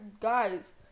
Guys